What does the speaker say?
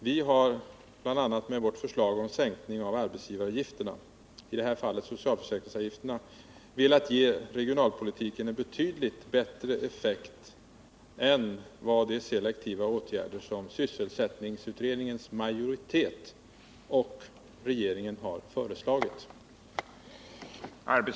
Vi har bl.a. med vårt förslag om sänkning av arbetsgivaravgifterna — i det här fallet socialförsäkringsavgifterna — velat ge regionalpolitiken en betydligt bättre effekt än vad man når med de selektiva åtgärder som sysselsättningsutredningens majoritet och regeringen har föreslagit.